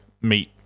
meat